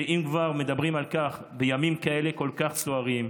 ואם כבר מדברים על כך, בימים כאלה, כל כך סוערים,